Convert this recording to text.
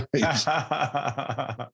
Right